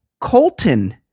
colton